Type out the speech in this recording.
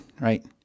right